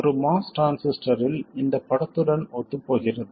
ஒரு MOS டிரான்சிஸ்டரில் இந்தப் படத்துடன் ஒத்துப்போகிறது